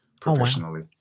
professionally